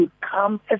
come